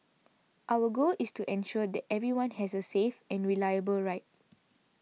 our goal is to ensure that everyone has a safe and reliable ride